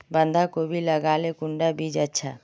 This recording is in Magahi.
बंधाकोबी लगाले कुंडा बीज अच्छा?